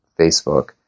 Facebook